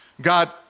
God